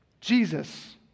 Jesus